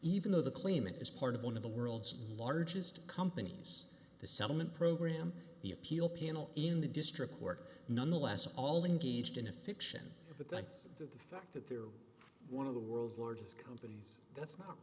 even though the claimant is part of one of the world's largest companies the settlement program the appeal panel in the district work nonetheless all in gauged in a fiction but that's the fact that they're one of the world's largest companies that's not